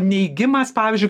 neigimas pavyzdžiui